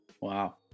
Wow